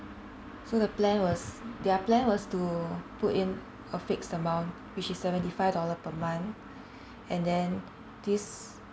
so the plan was their plan was to put in a fixed amount which is seventy five dollar per month and then this